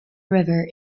river